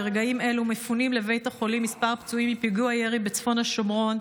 ברגעים אלו מפונים לבית החולים כמה פצועים מפיגוע ירי בצפון השומרון.